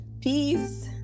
peace